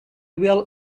will